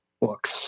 Books